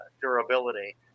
durability